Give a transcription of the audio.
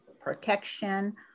protection